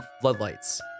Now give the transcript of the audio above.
floodlights